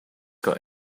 got